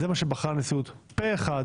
וזה מה שבחרה הנשיאות פה אחד